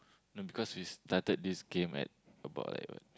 no because we started this game at about like